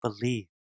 believe